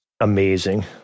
amazing